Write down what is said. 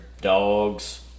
dogs